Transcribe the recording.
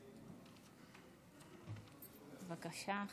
הכהן, בבקשה.